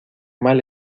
mal